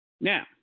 Now